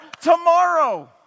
tomorrow